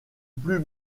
plus